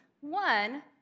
One